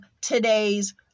today's